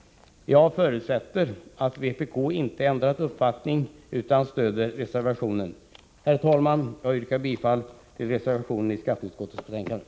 Jag förutsätter att vpk inte har ändrat uppfattning utan stöder reservationen. Herr talman! Jag yrkar bifall till reservationen i skatteutskottets betänkande.